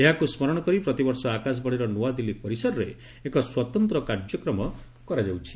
ଏହାକୁ ସ୍କରଣ କରି ପ୍ରତିବର୍ଷ ଆକାଶବାଣୀର ନୂଆଦିଲ୍ଲୀ ପରିସରରେ ଏକ ସ୍ୱତନ୍ତ୍ର କାର୍ଯ୍ୟକ୍ରମ କରାଯାଉଛି